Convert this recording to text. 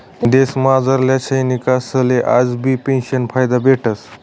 देशमझारल्या सैनिकसले आजबी पेंशनना फायदा भेटस